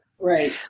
Right